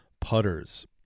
putters